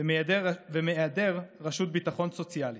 ומהיעדר רשת ביטחון סוציאלית.